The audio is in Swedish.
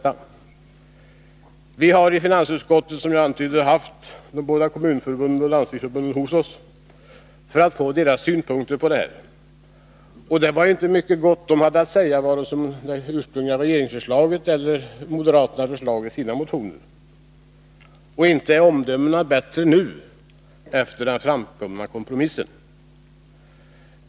14 april 1982 Vi har i finansutskottet, som jag antydde, haft både Kommunförbundet och Landstingsförbundet hos oss för att få höra deras synpunkter. De hade inte mycket gott att säga vare sig om det ursprungliga regeringsförslaget eller om moderaternas motionsförslag — och inte är omdömena nu mer positiva om den framkomna kompromissen.